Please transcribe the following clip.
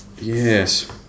Yes